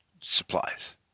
supplies